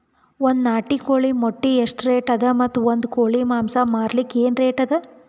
ಒಂದ್ ನಾಟಿ ಕೋಳಿ ಮೊಟ್ಟೆ ಎಷ್ಟ ರೇಟ್ ಅದ ಮತ್ತು ಒಂದ್ ಕೋಳಿ ಮಾಂಸ ಮಾರಲಿಕ ಏನ ರೇಟ್ ಅದ?